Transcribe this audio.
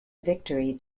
victory